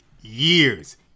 years